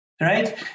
right